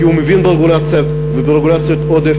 כי הוא מבין ברגולציה וברגולציות עודף,